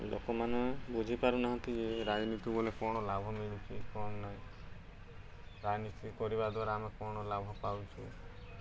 ଲୋକମାନେ ବୁଝିପାରୁନାହାନ୍ତି ରାଜନୀତି କଲେ କ'ଣ ଲାଭ ମିଳୁଛି କ'ଣ ନାହିଁ ରାଜନୀତି କରିବା ଦ୍ୱାରା ଆମେ କ'ଣ ଲାଭ ପାଉଛୁ